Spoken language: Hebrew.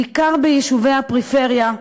בעיקר ביישובי הפריפריה,